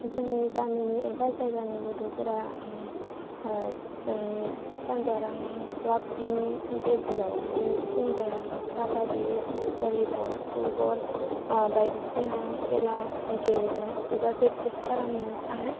जोंनि गामिनि एबा जायगानि गथ'फोरा जोंनि सानजारां क्लाबनि गेजेराव बे सिमलायावनो काबादि भलिबल फुटबल बायदिसिना खेला गेलेनो एबा पेकट्रिस खालामानो थाङो